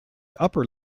upper